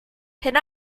pin